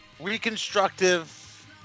reconstructive